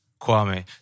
Kwame